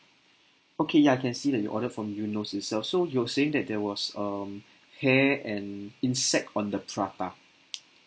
okay ya I can see that you ordered from eunos itself so you're saying that there was um hair and insect on the prata